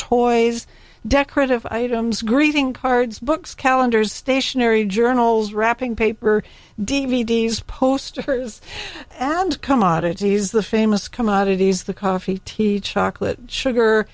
toys decorative items greeting cards books calendars stationery journals wrapping paper d v d s posters and come oddities the famous commodities the coffee tea chocolate sugar